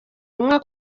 rimwe